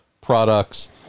products